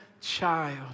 child